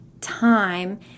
time